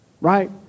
Right